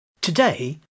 Today